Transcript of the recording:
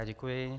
Děkuji.